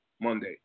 monday